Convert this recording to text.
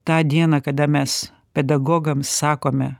tą dieną kada mes pedagogams sakome